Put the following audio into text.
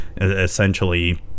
Essentially